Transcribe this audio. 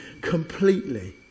completely